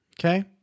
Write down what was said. Okay